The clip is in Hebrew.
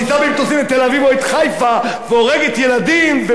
או את חיפה והורגת ילדים ופוגעת במסגדים.